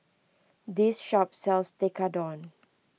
this shop sells Tekkadon